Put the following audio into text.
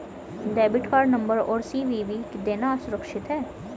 Debit card number और CVV देना सुरक्षित है?